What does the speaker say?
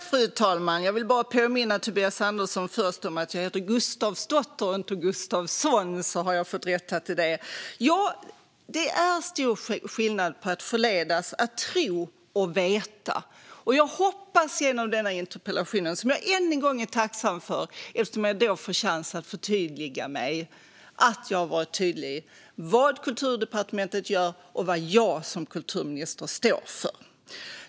Fru talman! Jag vill först bara påminna Tobias Andersson om att jag heter Gustafsdotter, inte Gustafsson. Ja, det är stor skillnad på att förledas att tro och att veta. Jag hoppas att jag i och med denna interpellation, som jag än en gång är tacksam för eftersom jag fått en chans att förtydliga mig, har varit tydlig med vad Kulturdepartementet gör och vad jag som kulturminister står för.